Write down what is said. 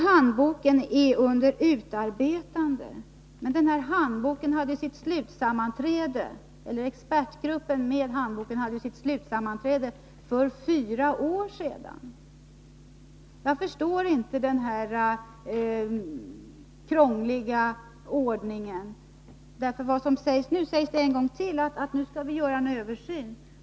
Handboken är under utarbetande, säger statsrådet. Men expertgruppen för handboken hade ju sitt slutsammanträde för fyra år sedan! Jag förstår inte den här krångliga ordningen. Nu sägs det en gång till att det skall göras en översyn.